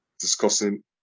discussing